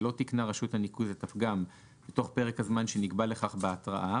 ולא תיקנה רשות הניקוז את הפגם בתוך פרק הזמן שנקבע לכך בהתראה,